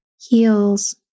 heels